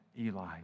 Eli